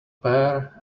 pear